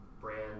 brand